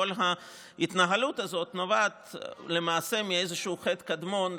כל ההתנהלות הזאת נובעת למעשה מאיזשהו חטא קדמון,